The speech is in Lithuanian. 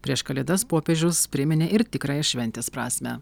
prieš kalėdas popiežius priminė ir tikrąją šventės prasmę